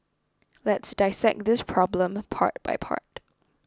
let's dissect this problem part by part